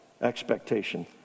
expectation